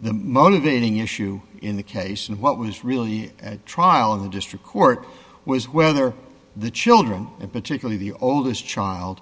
the motivating issue in the case and what was really at trial in the district court was whether the children and particularly the oldest child